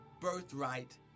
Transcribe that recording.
birthright